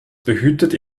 behütet